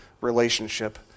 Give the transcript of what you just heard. relationship